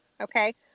Okay